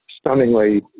stunningly